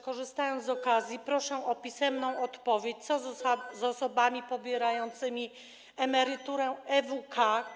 Korzystając z okazji, proszę o pisemną odpowiedź, co z osobami pobierającymi emeryturę EWK.